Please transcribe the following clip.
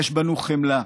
יש בנו חמלה.